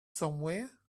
somewhere